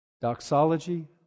doxology